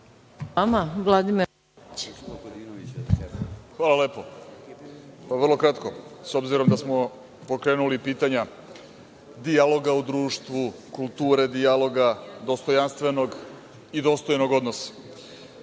Hvala lepo. Vrlo kratko. S obzirom, da smo pokrenuli pitanja dijaloga u društvu, kulture dijaloga, dostojanstvenog i dostojnog odnosa.